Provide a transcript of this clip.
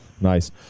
nice